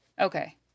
Okay